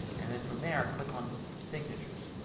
and then from there click on signatures.